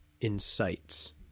incites